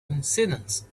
incidents